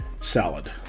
salad